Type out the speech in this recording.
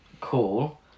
cool